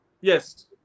Yes